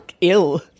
ill